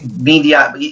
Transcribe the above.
media